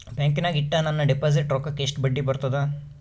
ಬ್ಯಾಂಕಿನಾಗ ಇಟ್ಟ ನನ್ನ ಡಿಪಾಸಿಟ್ ರೊಕ್ಕಕ್ಕ ಎಷ್ಟು ಬಡ್ಡಿ ಬರ್ತದ?